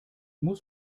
muss